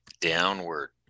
downward